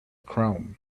chrome